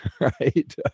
right